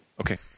Okay